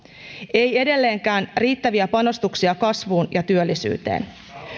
ei edelleenkään riittäviä panostuksia kasvuun ja työllisyyteen